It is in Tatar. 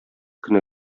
көне